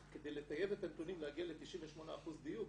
כדי לטייב את הנתונים להגיע ל-98% דיוק